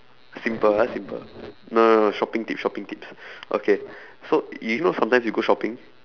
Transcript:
simple ah simple no no no shopping tips shopping tips okay so you know sometimes you go shopping